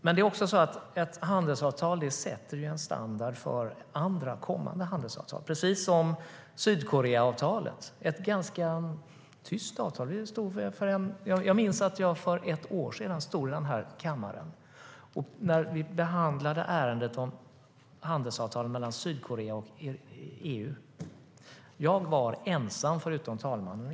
Men ett handelsavtal sätter en standard också för andra, kommande handelsavtal, precis som Sydkoreaavtalet, som är ett ganska tyst avtal. Jag minns att jag för ett år sedan stod här i kammaren när vi behandlade ärendet om handelsavtalet mellan Sydkorea och EU. Jag var ensam i kammaren, förutom talmannen.